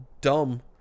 dumb